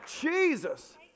Jesus